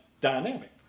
dynamic